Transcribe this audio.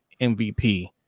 MVP